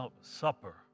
Supper